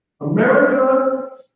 America